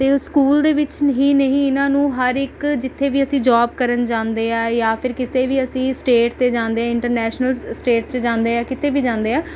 ਅਤੇ ਇਹ ਸਕੂਲ ਦੇ ਵਿੱਚ ਨ ਹੀ ਨਹੀਂ ਇਹਨਾਂ ਨੂੰ ਹਰ ਇੱਕ ਜਿੱਥੇ ਵੀ ਅਸੀਂ ਜੌਬ ਕਰਨ ਜਾਂਦੇ ਹਾਂ ਜਾਂ ਫਿਰ ਕਿਸੇ ਵੀ ਅਸੀਂ ਸਟੇਟ 'ਤੇ ਜਾਂਦੇ ਇੰਟਰਨੇਸ਼ਨਲ ਸ ਸਟੇਟ 'ਚ ਜਾਂਦੇ ਹਾਂ ਕਿਤੇ ਵੀ ਜਾਂਦੇ ਹਾਂ